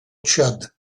tchad